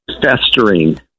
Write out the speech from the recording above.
festering